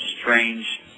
strange